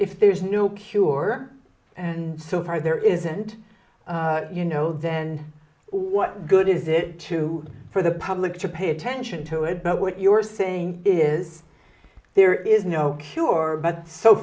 if there's no cure so far there isn't you know then what good is it to for the public to pay attention to it but what you're saying is there is no cure but so